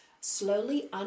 slowly